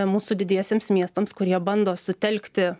mūsų didiesiems miestams kurie bando sutelkti